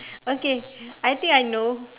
okay I think I know